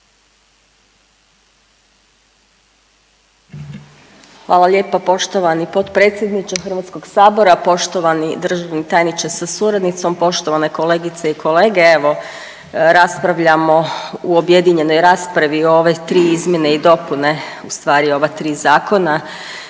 Hvala lijepo poštovani potpredsjedniče HS, poštovani državni tajniče sa suradnicom, poštovane kolegice i kolege. Evo raspravljamo u objedinjenoj raspravi o ove tri izmjene i dopune, u stvari ova tri zakona